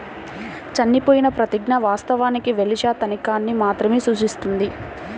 చనిపోయిన ప్రతిజ్ఞ, వాస్తవానికి వెల్ష్ తనఖాని మాత్రమే సూచిస్తుంది